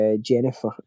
Jennifer